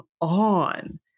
on